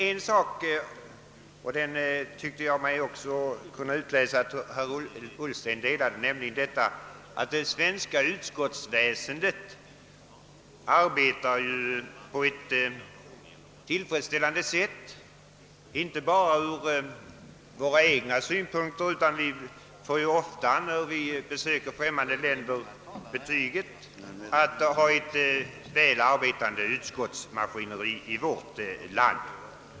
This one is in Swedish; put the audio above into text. Såsom jag tyckte mig kunna utläsa att också herr Ullsten ansåg, arbetar det svenska utskottsväsendet på ett tillfredsställande sätt inte bara enligt vår egen åsikt — när vi besöker främmande länder får vi ofta höra betyget att vi har ett väl arbetande utskottsmaskineri i vårt land.